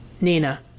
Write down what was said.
Nina